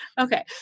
Okay